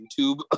YouTube